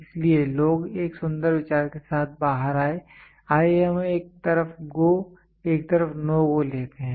इसलिए लोग एक सुंदर विचार के साथ बाहर आए हैं आइए हम एक तरफ GO एक तरफ NO GO लेते हैं